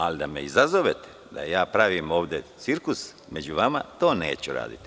Ali da me izazovete da pravim ovde cirkus među vama, to neću uraditi.